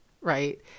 right